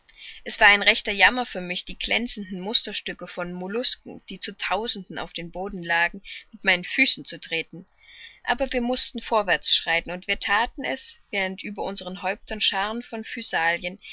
es war ein rechter jammer für mich die glänzenden musterstücke von mollusken die zu tausenden auf dem boden lagen mit meinen füßen zu treten aber wir mußten vorwärts schreiten und wir thaten es während über unseren häuptern schaaren von